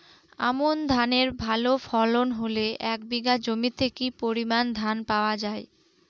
আমন ধানের ভালো ফলন হলে এক বিঘা জমিতে কি পরিমান ধান পাওয়া যায়?